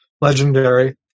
legendary